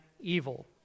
evil